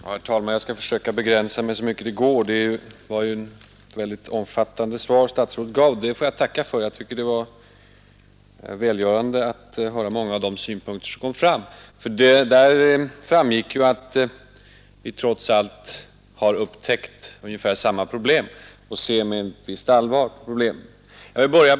Herr talman! Jag skall försöka begränsa mitt inlägg så mycket det går. Jag tackar statsrådet Moberg för det mycket omfattande svaret på mina frågor. Det var välgörande att få lyssna till många av de synpunkter han framförde. Vi har tydligen trots allt upptäckt ungefär samma problem och ser med ett visst allvar på dem.